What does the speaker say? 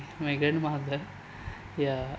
my grandmother ya